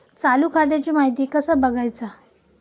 चालू खात्याची माहिती कसा बगायचा?